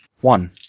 One